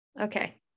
Okay